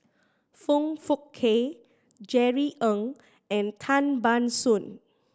Foong Fook Kay Jerry Ng and Tan Ban Soon